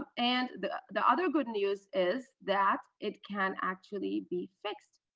ah and the the other good news is that it can actually be fixed.